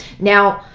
now,